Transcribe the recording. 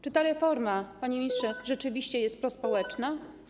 Czy ta reforma, panie ministrze, rzeczywiście jest prospołeczna?